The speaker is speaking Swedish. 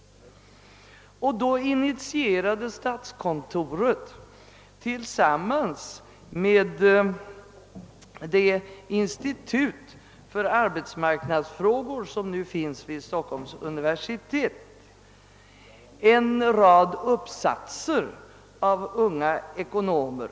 Tillsammans med Institutet för arbetsmarknadsfrågor vid Stockholms universitet initierade då statskontoret en rad uppsatser av unga ekonomer.